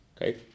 Okay